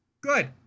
Good